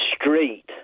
street